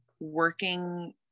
working